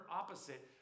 opposite